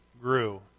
grew